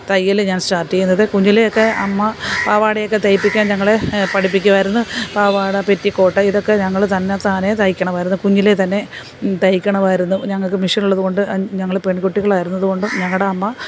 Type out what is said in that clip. തയ്യൽ ഞാൻ സ്റ്റാർട്ട് ചെയ്യുന്നത് കുഞ്ഞിലേ ഒക്കെ അമ്മ പാവാടയൊക്കെ തയ്പ്പിക്കാൻ ഞങ്ങളെ പഠിപ്പിക്കുമായിരുന്നു പാവാട പെറ്റിക്കോട്ട് ഇതൊക്കെ ഞങ്ങൾ തന്നത്താനെ തയ്ക്കണമായിരുന്നു കുഞ്ഞിലേ തന്നെ തയ്ക്കണമായിരുന്നു ഞങ്ങൾക്ക് മെഷീൻ ഉള്ളതുകൊണ്ട് ആ ഞങ്ങൾ പെൺകുട്ടികളായിരുന്നത് കൊണ്ടും ഞങ്ങളുടെ അമ്മ